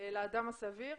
לאדם הסביר.